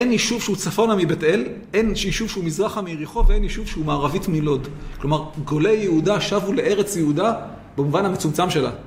אין יישוב שהוא צפונה מבית אל, אין יישוב שהוא מזרחה מיריחו, ואין יישוב שהוא מערבית מלוד. כלומר, גולי יהודה שבו לארץ יהודה במובן המצומצם שלה.